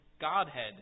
Godhead